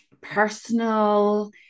personal